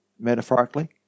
metaphorically